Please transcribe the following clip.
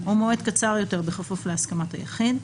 או מועד קצר יותר בכפוף להסכמת היחיד,